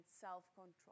self-control